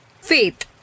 Faith